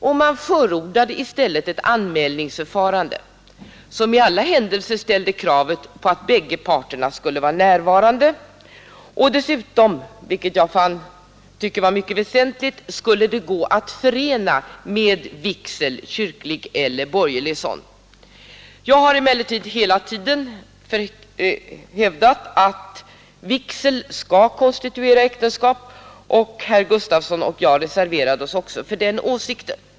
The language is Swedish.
I stället förordades ett anmälningsförfarande, som i alla händelser ställde kravet att bägge parter skulle vara närvarande och dessutom — vilket jag tycker var mycket väsentligt — skulle gå att förena med vigsel, kyrklig eller borgerlig. Jag har emellertid hela tiden hävdat att vigsel skall konstituera äktenskapet, och herr Torsten Gustafsson och jag reserverade oss också för den åsikten.